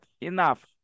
enough